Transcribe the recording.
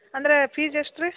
ಅಂದ್ರೆ ಫೀಸ್ ಎಷ್ಟು ರೀ